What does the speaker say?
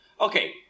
Okay